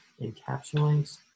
encapsulates